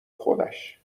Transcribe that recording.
خودش